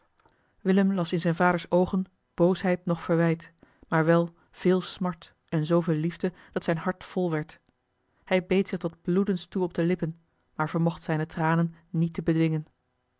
willem las in zijn vaders oogen boosheid noch verwijt maar wel veel smart en zooveel liefde dat zijn hart vol werd hij beet zich tot bloedens toe op de lippen maar vermocht zijne tranen niet te bedwingen